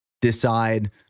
decide